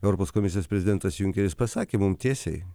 europos komisijos prezidentas junkeris pasakė mums tiesiai